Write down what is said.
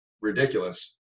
ridiculous